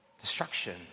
destruction